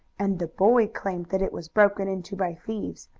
and the boy claimed that it was broken into by thieves,